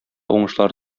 уңышлар